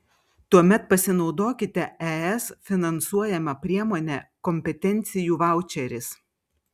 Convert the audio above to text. tuomet pasinaudokite es finansuojama priemone kompetencijų vaučeris